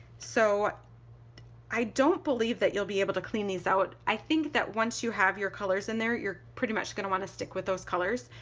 so i don't believe that you'll be able to clean these out, i think that once you have your colors in there you're pretty much going to want to stick with those colors,